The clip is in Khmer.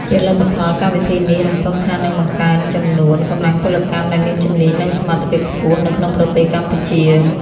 ជាលទ្ធផល កម្មវិធីនេះរំពឹងថានឹងបង្កើនចំនួន កម្លាំងពលកម្មដែលមានជំនាញ និងសមត្ថភាពខ្ពស់ នៅក្នុងប្រទេសកម្ពុជា។